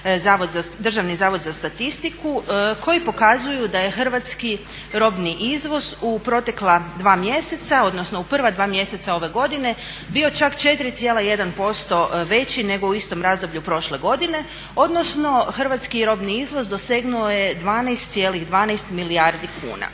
Državni zavod za statistiku koji pokazuju da je hrvatski robni izvoz u protekla dva mjeseca, odnosno u prva dva mjeseca ove godine bio čak 4,1% veći nego u istom razdoblju prošle godine, odnosno hrvatski robni izvoz dosegnuo je 12,12 milijardi kuna.